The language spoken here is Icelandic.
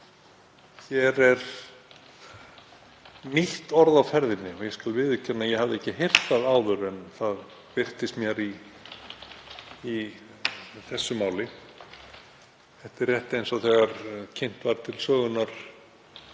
Hér er nýtt orð á ferðinni og ég skal viðurkenna að ég hafði ekki heyrt það áður en það birtist mér í þessu máli. Þetta er rétt eins og þegar kynnt var til sögunnar